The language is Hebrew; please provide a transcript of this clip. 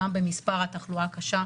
גם במספר התחלואה הקשה,